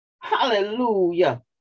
hallelujah